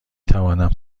توانم